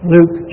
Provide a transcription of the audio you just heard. Luke